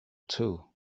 too